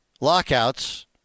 lockouts